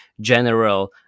general